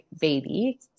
baby